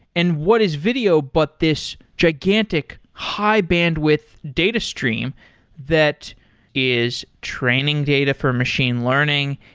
and what is video but this gigantic, high-bandwidth data stream that is training data for machine learning.